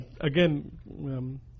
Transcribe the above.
Again